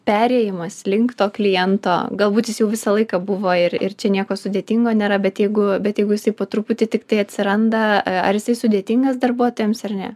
perėjimas link to kliento galbūt jis jau visą laiką buvo ir ir čia nieko sudėtingo nėra bet jeigu bet jeigu jisai po truputį tiktai atsiranda ar jisai sudėtingas darbuotojams ar ne